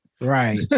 Right